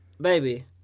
Baby